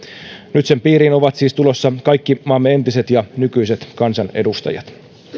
nyt sen piiriin ovat siis tulossa kaikki maamme entiset ja nykyiset kansanedustajat